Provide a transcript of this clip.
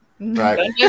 Right